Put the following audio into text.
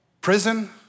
prison